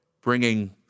bringing